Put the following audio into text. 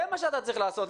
זה מה שאתה צריך לעשות,